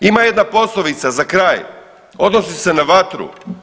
Ima jedna poslovica za kraj, odnosi se na vatru.